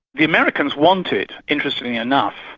the americans wanted, interestingly enough,